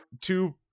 two